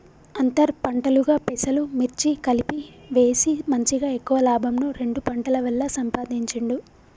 అంతర్ పంటలుగా పెసలు, మిర్చి కలిపి వేసి మంచిగ ఎక్కువ లాభంను రెండు పంటల వల్ల సంపాధించిండు